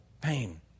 pain